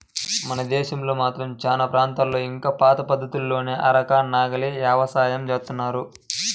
మన దేశంలో మాత్రం చానా ప్రాంతాల్లో ఇంకా పాత పద్ధతుల్లోనే అరక, నాగలి యవసాయం జేత్తన్నారు